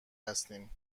هستیم